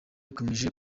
ikomeye